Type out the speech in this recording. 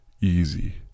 easy